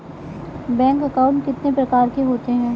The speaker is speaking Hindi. बैंक अकाउंट कितने प्रकार के होते हैं?